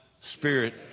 Spirit